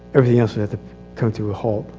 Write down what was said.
everything else would have to come to a halt.